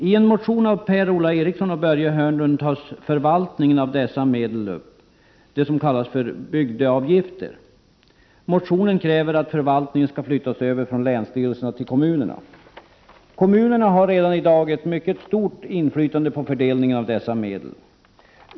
I en motion av Per-Ola Eriksson och Börje Hörnlund behandlas förvaltningen av dessa medel, som kallas för bygdeavgifter. I motionen krävs att förvaltningen skall flyttas över från länsstyrelserna till kommunerna. Kommunerna har redan i dag ett mycket stort inflytande över fördelningen av dessa medel.